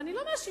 ואני לא מאשימה,